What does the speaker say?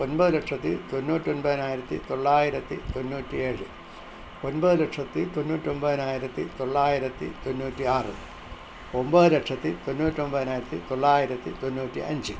ഒൻപത് ലക്ഷത്തി തൊണ്ണൂറ്റൊൻപതിനായിരത്തി തൊള്ളായിരത്തി തൊണ്ണൂറ്റി ഏഴ് ഒൻപത് ലക്ഷത്തി തൊണ്ണൂറ്റൊൻപതിനായിരത്തി തൊള്ളായിരത്തി തൊണ്ണൂറ്റി ആറ് ഒൻപത് ലക്ഷത്തി തൊണ്ണൂറ്റൊൻപതിനായിരത്തി തൊള്ളായിരത്തി തൊണ്ണൂറ്റി അഞ്ച്